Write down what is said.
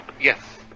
Yes